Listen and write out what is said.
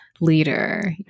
leader